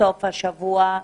בסוף השבוע.